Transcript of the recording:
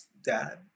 Dad